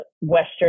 western